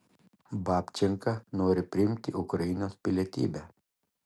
babčenka nori priimti ukrainos pilietybę